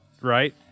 right